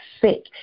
sick